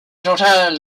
total